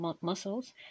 muscles